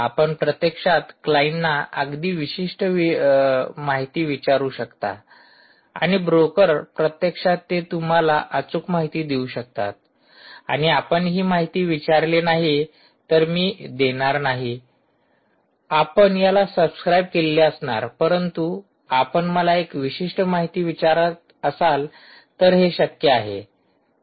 आपण प्रत्यक्षात क्लाईंटना अगदी विशिष्ट माहिती विचारू शकता आणि ब्रोकर प्रत्यक्षात ते तुम्हाला अचूक माहिती देऊ शकतात आणि आपण हि माहिती विचारली नाही तर मी देणार नाही आपण याला सबस्क्राइब केलेले असणार परंतु आपण मला एक विशिष्ट माहिती विचारत असाल तर हे शक्य आहे